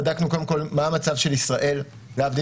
בדקנו קודם כול מה המצב של ישראל בשירותים